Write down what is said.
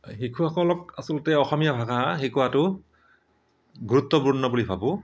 শিশুসকলক আচলতে অসমীয়া ভাষা শিকোৱাতো গুৰুত্বপূৰ্ণ বুলি ভাবোঁ